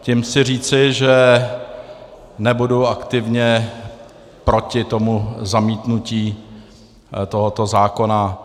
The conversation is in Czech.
Tím chci říci, že nebudu aktivně proti zamítnutí tohoto zákona.